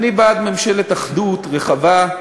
אני בעד ממשלת אחדות רחבה,